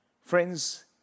Friends